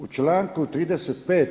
U članku 35.